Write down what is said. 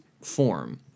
form